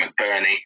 McBurney